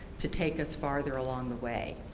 to take us farther along the way.